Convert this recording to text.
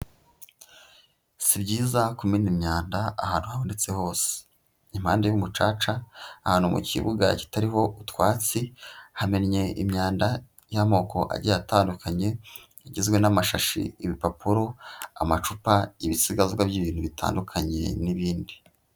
Si byiza kumena imyanda ahantu habonetse hose. Impande y'umucaca, ahantu mu kibuga kitariho utwatsi, hamennye imyanda y'amoko agiye atandukanye, igizwe n'amashashi, ibipapuro, amacupa ibisigazwa by'ibintu bitandukanye n'ibindi.